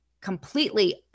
completely